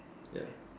ya